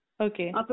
Okay